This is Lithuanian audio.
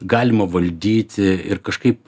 galima valdyti ir kažkaip